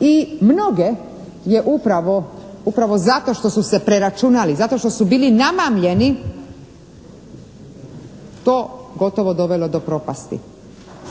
i mnoge je upravo zato što su se preračunali, zato što su bili namamljeni to gotovo dovelo do propasti